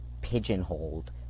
pigeonholed